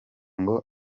ngo